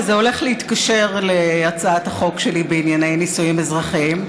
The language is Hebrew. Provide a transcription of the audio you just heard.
וזה הולך להתקשר להצעת החוק שלי בענייני נישואין אזרחיים,